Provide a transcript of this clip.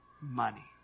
money